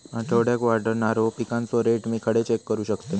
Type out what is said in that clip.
आठवड्याक वाढणारो पिकांचो रेट मी खडे चेक करू शकतय?